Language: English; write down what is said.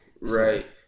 Right